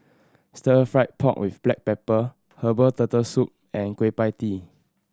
Stir Fried Pork With Black Pepper herbal Turtle Soup and Kueh Pie Tee